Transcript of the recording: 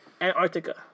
Antarctica